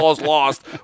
lost